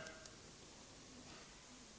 Då var Kjell-Olof Feldt och andra